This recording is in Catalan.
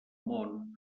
món